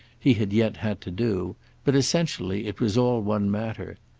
he had yet had to do but essentially it was all one matter.